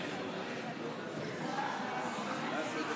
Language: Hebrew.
הוועדה המוסמכת לדון בהצעת החוק היא ועדת החוקה,